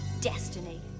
Destiny